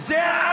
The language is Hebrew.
עכשיו, זה לא